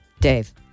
Dave